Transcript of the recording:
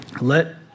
Let